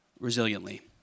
resiliently